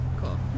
cool